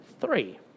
three